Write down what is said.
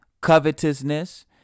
Covetousness